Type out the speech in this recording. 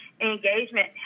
engagement